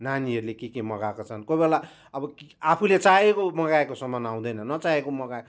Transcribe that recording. नानीहरूले के के मगाएको छन् कोही बेला अब आफूले चाहेको मगाएको सामान आउँदैन नचाहेको मगा